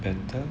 better